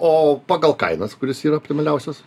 o pagal kainas kuris yra optimaliausias